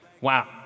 Wow